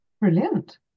Brilliant